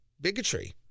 bigotry